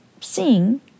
seeing